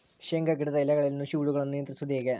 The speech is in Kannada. ಶೇಂಗಾ ಗಿಡದ ಎಲೆಗಳಲ್ಲಿ ನುಷಿ ಹುಳುಗಳನ್ನು ನಿಯಂತ್ರಿಸುವುದು ಹೇಗೆ?